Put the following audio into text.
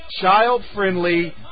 child-friendly